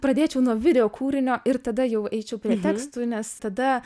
pradėčiau nuo video kūrinio ir tada jau eičiau prie tekstų nes tada